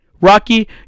Rocky